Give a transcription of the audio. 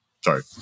sorry